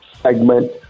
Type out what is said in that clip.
segment